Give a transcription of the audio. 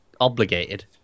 obligated